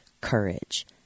Courage